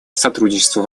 сотрудничество